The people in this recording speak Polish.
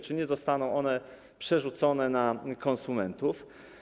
Czy nie zostaną one przerzucone na konsumentów?